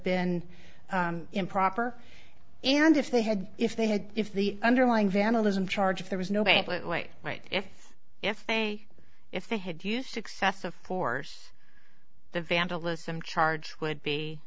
been improper and if they had if they had if the underlying vandalism charge if there was no banquet way right if if they if they had used excessive force the vandalism charge would be